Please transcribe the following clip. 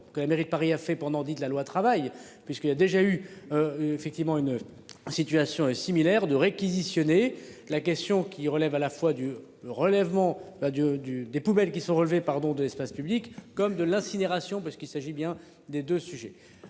que la mairie de Paris a fait pendant 10 de la loi travail puisqu'il y a déjà eu. Effectivement une. Situation similaire de réquisitionner la question qui relève à la fois du. Relèvement là du du des poubelles qui sont relevés pardon de l'espace public comme de l'incinération parce qu'il s'agit bien des 2 sujets